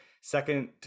second